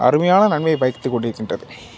அருமையான நன்மையைப் பயத்துக் கொண்டு இருக்கிறது